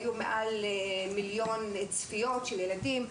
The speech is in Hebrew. והיו יותר ממיליון צפיות של ילדים.